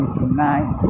tonight